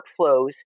workflows